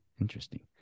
Interesting